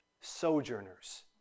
sojourners